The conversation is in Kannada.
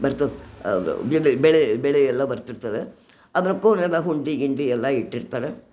ಬರ್ತದ ಬೆಲೆ ಬೆಳೆ ಬೆಳೆಯೆಲ್ಲ ಬರ್ತಿರ್ತದ ಅದರ್ಕ್ಕು ಎಲ್ಲ ಹುಂಡಿ ಗಿಂಡಿಯೆಲ್ಲ ಇಟ್ಟಿರ್ತಾರೆ